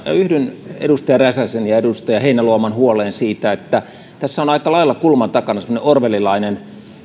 yhdyn edustaja räsäsen ja edustaja heinäluoman huoleen siitä että tässä on on aika lailla kulman takana semmoinen orwellilainen